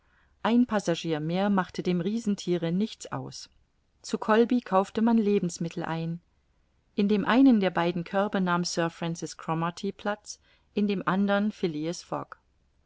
ein passagier mehr machte dem riesenthiere nichts aus zu kholby kaufte man lebensmittel ein in dem einen der beiden körbe nahm sir francis cromarty platz in dem andern